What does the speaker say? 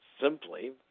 simply